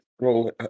Roll